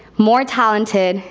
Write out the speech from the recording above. more talented,